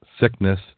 sickness